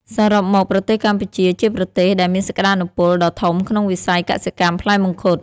សរុបមក ប្រទេសកម្ពុជា ជាប្រទេសដែលមានសក្ដានុពលដ៏ធំក្នុងវិស័យកសិកម្មផ្លែមង្ឃុត។